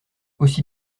aussi